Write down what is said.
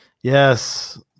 Yes